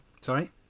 Sorry